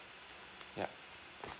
yup